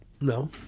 no